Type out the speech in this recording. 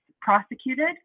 prosecuted